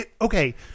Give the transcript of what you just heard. okay